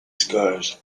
scars